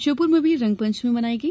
श्योपुर में भी रंगपंचमी मनाई गई